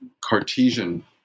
Cartesian